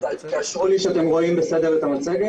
בשלבים האחרונים,